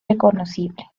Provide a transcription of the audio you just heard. reconocible